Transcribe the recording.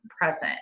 present